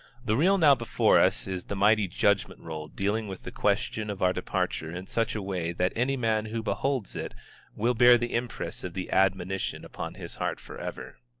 the reel now before us is the mighty judgment roll dealing with the question of our departure in such a way that any man who beholds it will bear the impress of the admonition upon his heart forever.